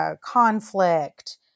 conflict